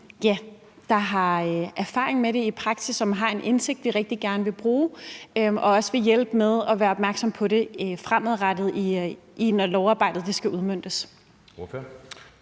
dem, der har erfaring med det i praksis, som har en indsigt, de rigtig gerne vil bruge, og som også vil hjælpe med at være opmærksom på det fremadrettet, når lovarbejdet skal udmøntes.